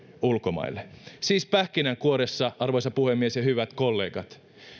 ulkomaille siis pähkinänkuoressa arvoisa puhemies ja hyvät kollegat